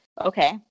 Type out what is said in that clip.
okay